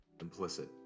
implicit